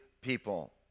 people